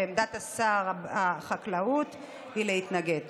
ועמדת שר החקלאות היא להתנגד.